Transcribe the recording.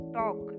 talk